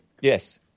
Yes